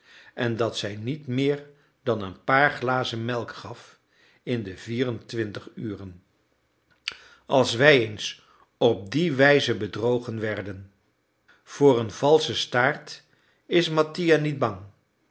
en dat zij niet meer dan een paar glazen melk gaf in de vier-en-twintig uren als wij eens op die wijze bedrogen werden voor een valschen staart is mattia niet bang